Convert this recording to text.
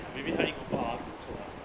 ya maybe 她一读话儿读错 ah